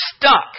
stuck